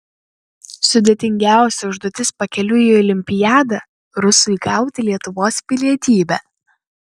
sudėtingiausia užduotis pakeliui į olimpiadą rusui gauti lietuvos pilietybę